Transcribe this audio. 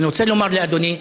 אני רוצה לומר לאדוני,